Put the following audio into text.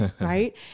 right